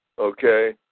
okay